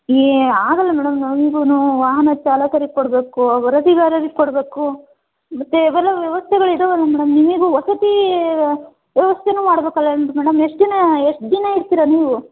ಏ ಆಗೋಲ್ಲ ಮೇಡಮ್ ನಮ್ಗೂ ವಾಹನ ಚಾಲಕರಿಗೆ ಕೊಡಬೇಕು ವರದಿಗಾರರಿಗೆ ಕೊಡಬೇಕು ಮತ್ತು ಇವೆಲ್ಲ ವ್ಯವಸ್ಥೆಗಳು ಇದವಲ್ಲ ಮೇಡಮ್ ನಿಮಗೂ ವಸತಿ ವ ವ್ಯವಸ್ಥೆನೂ ಮಾಡಬೇಕಲ್ಲ ಮೇಡಮ್ ಎಷ್ಟು ದಿನ ಎಷ್ಟು ದಿನ ಇರ್ತೀರಾ ನೀವು